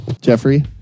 Jeffrey